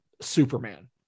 Superman